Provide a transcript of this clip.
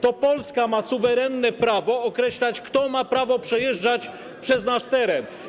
To Polska ma suwerenne prawo określać, kto może przejeżdżać przez nasz teren.